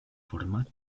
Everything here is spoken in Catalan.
format